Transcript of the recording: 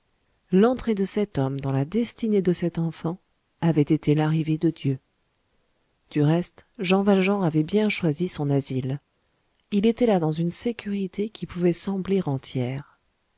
l'entrée de cet homme dans la destinée de cet enfant avait été l'arrivée de dieu du reste jean valjean avait bien choisi son asile il était là dans une sécurité qui pouvait sembler entière